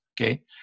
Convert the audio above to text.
okay